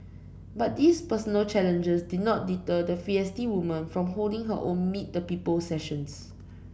but these personal challenges did not deter the feisty woman from holding her own meet the people sessions